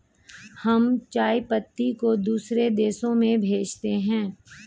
हम चाय पत्ती को दूसरे देशों में भेजते हैं